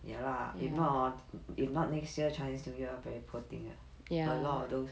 ya lah if not hor if not next year chinese new year very poor thing leh a lot of those